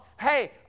hey